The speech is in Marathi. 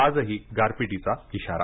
आजही गारपिटीचा इशारा